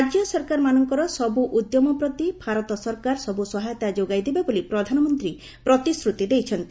ରାଜ୍ୟ ସରକାର ମାନଙ୍କର ସବୁ ଉଦ୍ୟମ ପ୍ରତି ଭାରତ ସରକାର ସବୁ ସହାୟତା ଯୋଗାଇ ଦେବେ ବୋଲି ପ୍ରଧାନମନ୍ତ୍ରୀ ପ୍ରତିଶ୍ରତି ଦେଇଛନ୍ତି